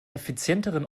effizienteren